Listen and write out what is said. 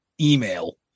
email